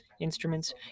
instruments